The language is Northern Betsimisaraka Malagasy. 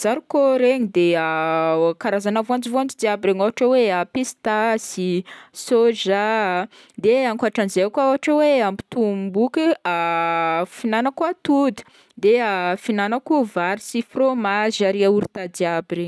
zarikô regny de karazagna voanjovoanjo jiaby regny, ôhatra hoe pistasy, soja, de ankotranzay koa ôhatra hoe ampitomboako fihignanako atody de fihignanako vary sy fromazy ary i yaourta jiaby regny.